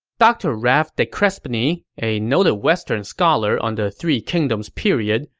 dr. rafe de crespigny, a noted western scholar on the three kingdoms period,